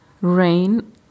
rain